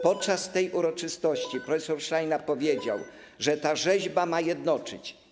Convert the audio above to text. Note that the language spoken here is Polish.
Podczas uroczystości prof. Szajna powiedział, że ta rzeźba ma jednoczyć.